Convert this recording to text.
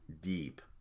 deep